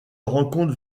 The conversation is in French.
rencontre